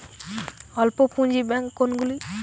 অল্প পুঁজি ব্যাঙ্ক কোনগুলি?